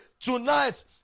tonight